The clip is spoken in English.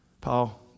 Paul